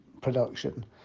production